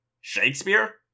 Shakespeare